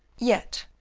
yet,